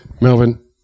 Melvin